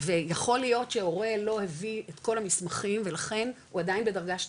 ויכול להיות שהורה לא הביא את כל המסמכים ולכן הוא עדיין בדרגה 12,